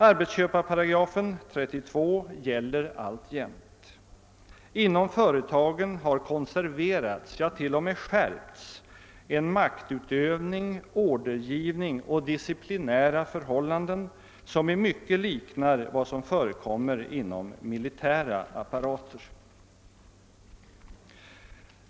Arbetsköparparagrafen 32 gäller alltjämt. Inom företagen har man konserverat och t.o.m. skärpt maktutövningen, ordergivningen och de disciplinära förhållandena som i mycket liknar vad som förekommer inom militära apparater.